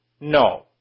no